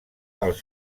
als